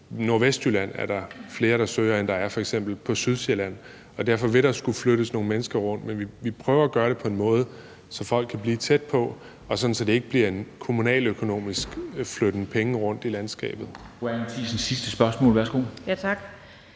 i Nordvestjylland, end der f.eks. er på Sydsjælland – vil der skulle flyttes nogle mennesker rundt. Men vi prøver at gøre det på en måde, så folk kan blive tæt på, og sådan at det ikke bliver en kommunaløkonomisk flytten penge rundt i landskabet.